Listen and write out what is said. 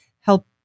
help